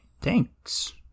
Thanks